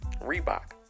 Reebok